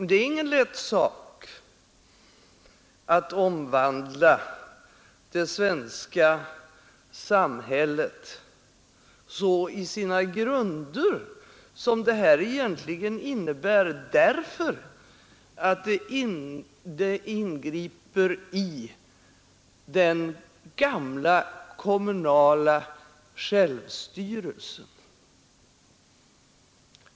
Det är ingen lätt sak att omvandla det svenska samhället så i sina grunder som denna reform egentligen innebär därför att den ingriper i den gamla kommunala självstyrelsen.